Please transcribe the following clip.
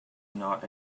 not